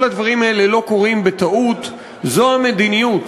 כל הדברים האלה לא קורים בטעות, זו המדיניות,